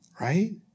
Right